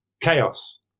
chaos